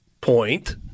point